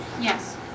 Yes